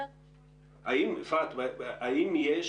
אפרת, האם יש